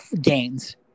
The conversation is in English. gains